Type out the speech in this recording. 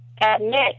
admit